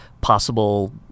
possible